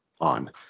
on